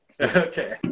Okay